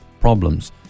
problems